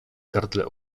gardle